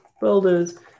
builders